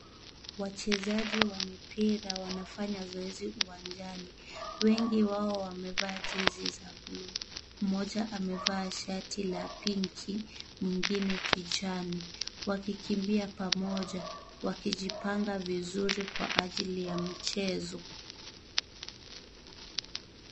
Wachezaji wa mipira wanafanya zoezi uwanjani, wengi wao wamevaa jezi za (cs)blue(cs), mmoja amevaa shati la pinki, mwingine kijani, wakikimbia pamoja wakijipanga vizuri kwa ajili ya mchezo.